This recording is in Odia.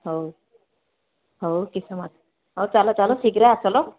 ହଉ ହଉ କିସ ମାଛ ହଉ ଚାଲ ଚାଲ ଶୀଘ୍ର ଆସଲୋ